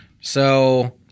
So-